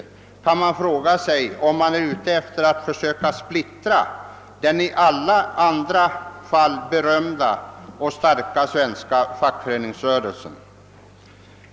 Då vill jag fråga om man där är ute efter att försöka splittra den i andra fall berömda och starka svenska fackföreningsrörelsen.